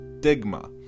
stigma